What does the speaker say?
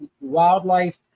wildlife